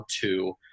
two